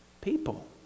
people